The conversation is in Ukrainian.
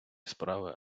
справи